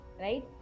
right